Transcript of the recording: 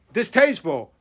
distasteful